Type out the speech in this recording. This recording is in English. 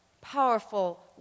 powerful